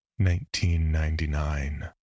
1999